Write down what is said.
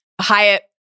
Hyatt